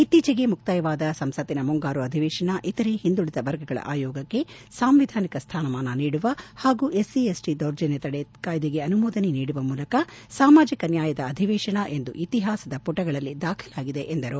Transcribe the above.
ಇತ್ತೀಚೆಗೆ ಮುಕ್ತಾಯವಾದ ಸಂಸತ್ತಿನ ಮುಂಗಾರು ಅಧಿವೇಶನ ಇತರೆ ಹಿಂದುಳಿದ ವರ್ಗಗಳ ಆಯೋಗಕ್ಕೆ ಸಾಂವಿಧಾನಿಕ ಸ್ಥಾನಮಾನ ನೀಡುವ ಹಾಗೂ ಎಸ್ಸಿಎಸ್ಟಿ ದೌರ್ಜನ್ನ ತಡೆ ಕಾಯ್ದೆಗೆ ಅನುಮೋದನೆ ನೀಡುವ ಮೂಲಕ ಸಾಮಾಜಿಕ ನ್ಯಾಯದ ಅಧಿವೇಶನ ಎಂದು ಇತಿಹಾಸದ ಪುಟಗಳಲ್ಲಿ ದಾಖಲಾಗಿದೆ ಎಂದು ಹೇಳಿದರು